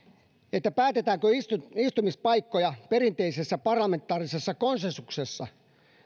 siitä päätetäänkö istumispaikkoja perinteisessä parlamentaarisessa konsensuksessa